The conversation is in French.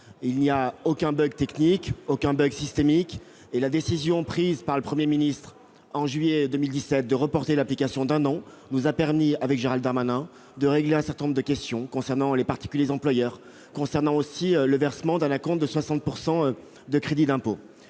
Il n'y a aucun bug technique ou systémique et la décision prise par le Premier ministre en juillet 2017 de reporter l'application d'un an nous a permis, à Gérald Darmanin et moi-même, de régler un certain nombre de questions, notamment pour les particuliers employeurs ou sur le versement d'un acompte de 60 % pour les crédits d'impôt.